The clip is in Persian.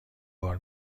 بار